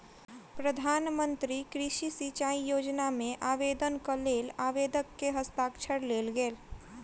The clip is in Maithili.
प्रधान मंत्री कृषि सिचाई योजना मे आवेदनक लेल आवेदक के हस्ताक्षर लेल गेल